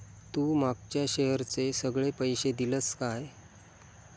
तू मागच्या शेअरचे सगळे पैशे दिलंस काय?